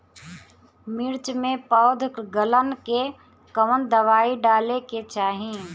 मिर्च मे पौध गलन के कवन दवाई डाले के चाही?